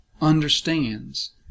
understands